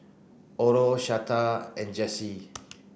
Orlo Shasta and Jessi